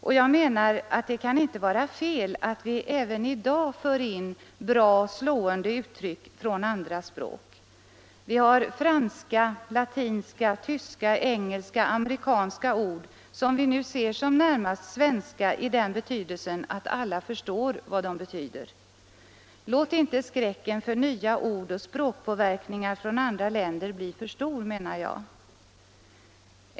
Och jag menar att det inte kan vara fel att vi även i dag för in bra, slående uttryck från andra språk. Vi har franska, latinska, tyska, engelska, amerikanska ord, som vi nu ser som närmast svenska, i den meningen att alla förstår vad de betyder. Låt inte skräcken för nya ord och språkpåverkningar från andra länder bli för stor, menar jag.